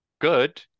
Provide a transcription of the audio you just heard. good